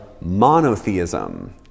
monotheism